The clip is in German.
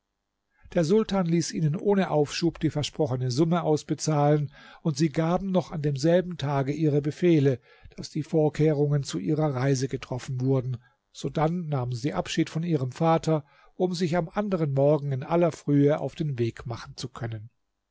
der sultan ließ ihnen ohne aufschub die versprochene summe ausbezahlen und sie gaben noch an demselben tage ihre befehle daß die vorkehrungen zu ihrer reise getroffen wurden sodann nahmen sie abschied von ihrem vater um sich am anderen morgen in aller frühe auf den weg machen zu können